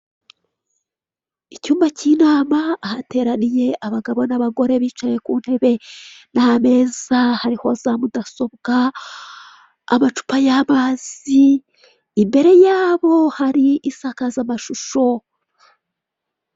Icyumba k'inama hateraniye abagabo n'abagore bicaye ku ntebe, n'ameza hariho za mudasobwa amacupa y'amazi imbere yabo hari insakazamashusho.